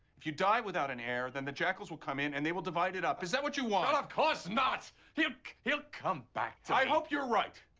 if you die without an heir, then the jackals will come in, and they will divide it up. is that what you want? of course not! he'll he'll come back to me. i hope you're right.